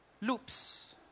loops